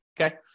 okay